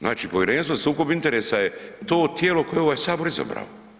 Znači Povjerenstvo za sukob interesa je to tijelo koje je ovaj Sabor izabrao.